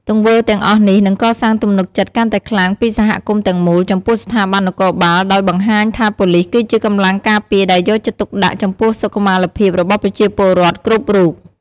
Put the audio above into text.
ទង្វើទាំងអស់នេះនឹងកសាងទំនុកចិត្តកាន់តែខ្លាំងពីសហគមន៍ទាំងមូល ចំពោះស្ថាប័ននគរបាលដោយបង្ហាញថាប៉ូលិសគឺជាកម្លាំងការពារដែលយកចិត្តទុកដាក់ចំពោះសុខុមាលភាពរបស់ប្រជាពលរដ្ឋគ្រប់រូប។